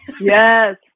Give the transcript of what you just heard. Yes